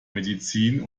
medizin